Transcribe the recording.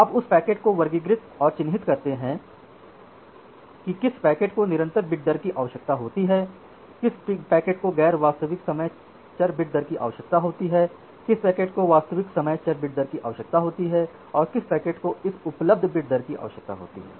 आप उस पैकेट को वर्गीकृत और चिह्नित करते हैं कि किस पैकेट को निरंतर बिट दर की आवश्यकता होती है किस पैकेट को गैर वास्तविक समय चर बिट दर की आवश्यकता होती है किस पैकेट को वास्तविक समय चर बिट दर की आवश्यकता होती है और किस पैकेट को इस उपलब्ध बिट दर की आवश्यकता होती है